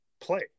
play